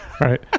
Right